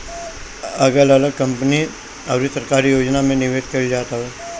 अगल अलग कंपनी अउरी सरकारी योजना में निवेश कईल जात हवे